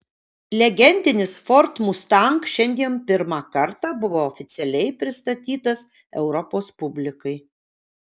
legendinis ford mustang šiandien pirmą kartą buvo oficialiai pristatytas europos publikai